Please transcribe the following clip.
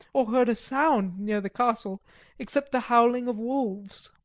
or heard a sound near the castle except the howling of wolves.